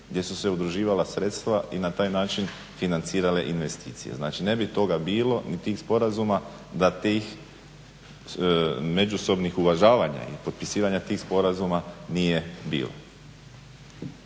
gdje su se udruživala sredstva i na taj način investirale investicije. Znači ne bi toga bilo ni tih sporazuma da tih međusobnih uvažavanja i potpisivanja tih sporazuma nije bilo.